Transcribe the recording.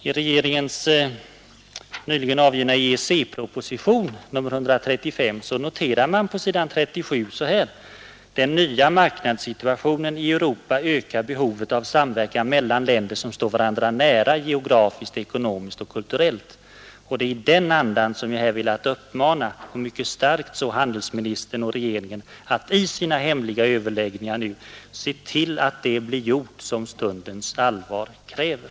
I regeringens nyligen avgivna EEC-proposition, nr 135, står på s. 37: ”Den nya marknadssituationen i Europa ökar behovet av samverkan mellan länder som står varandra nära geografiskt, ekonomiskt och kulturellt.” Det är i den andan jag vill mana handelsministern och regeringen att i sina överläggningar om statsverkspropositionen nu se till att det blir gjort, som stundens allvar kräver.